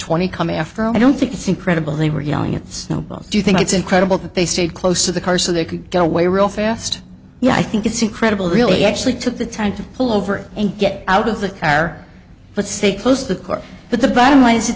twenty come after i don't think it's incredible they were yelling at snowballs do you think it's incredible that they stayed close to the car so they could get away real fast you know i think it's incredible really actually took the time to pull over and get out of the car but stay close to the car but the bottom line is it